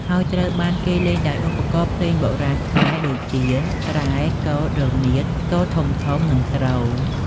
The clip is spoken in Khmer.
ហើយត្រូវបានគេលេងដោយឧបករណ៍ភ្លេងបុរាណខ្មែរដូចជា ត្រែ កូត រនាត ស្គរធំៗ និងទ្រ។